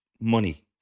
money